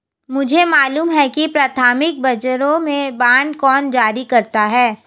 मुझे मालूम है कि प्राथमिक बाजारों में बांड कौन जारी करता है